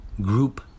group